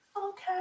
Okay